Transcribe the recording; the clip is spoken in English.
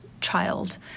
child